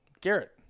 Garrett